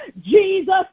Jesus